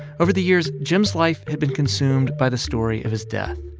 over the years, jim's life had been consumed by the story of his death.